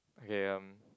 okay um